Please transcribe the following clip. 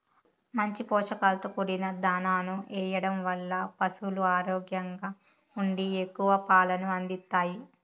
మంచి పోషకాలతో కూడిన దాణాను ఎయ్యడం వల్ల పసులు ఆరోగ్యంగా ఉండి ఎక్కువ పాలను అందిత్తాయి